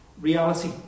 reality